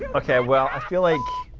okay. well, i feel like